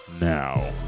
now